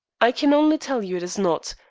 i can only tell you it is not.